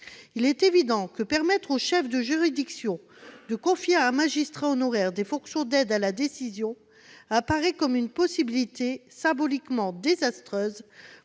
Il est évident que permettre aux chefs de juridiction de confier à un magistrat honoraire des fonctions d'aide à la décision apparaît comme une possibilité symboliquement désastreuse